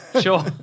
Sure